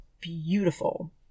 beautiful